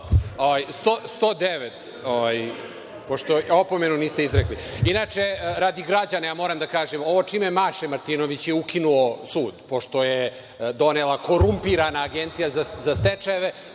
109. pošto opomenu niste izrekli. Inače, radi građana, moram da kažem, ovo čime maše Martinović je ukinuo sud pošto je donela korumpirana Agencija za stečajeve